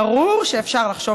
חברת הכנסת